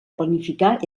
planificar